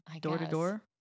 door-to-door